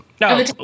No